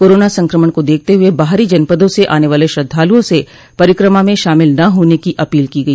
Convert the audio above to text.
corona संक्रमण को देखते हुए बाहरी जनपदों से आने वाले श्रद्वालुओं से परिक्रमा में शामिल न होने की अपील की गई